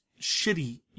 shitty